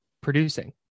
Producing